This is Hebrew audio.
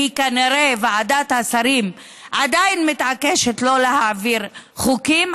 כי כנראה ועדת השרים עדיין מתעקשת שלא להעביר חוקים.